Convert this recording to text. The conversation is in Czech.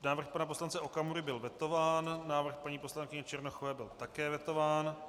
Návrh pana poslance Okamury byl vetován, návrh paní poslankyně Černochové byl také vetován.